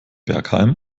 bergheim